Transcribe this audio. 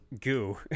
Goo